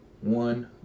one